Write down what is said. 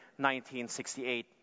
1968